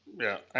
yeah.